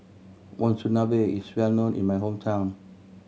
monsunabe is well known in my hometown